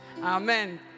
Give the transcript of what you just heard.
Amen